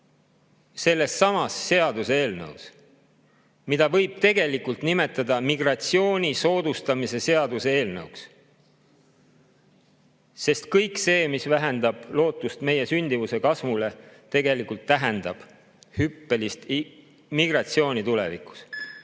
sellessamas seaduseelnõus, mida võib nimetada migratsiooni soodustamise seaduse eelnõuks. Sest kõik see, mis vähendab lootust meie sündimuse kasvule, tegelikult tähendab hüppelist migratsiooni tulevikus.